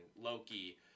Loki